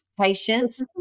Patience